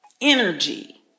Energy